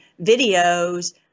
videos